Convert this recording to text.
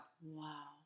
Wow